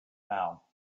now